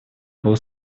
был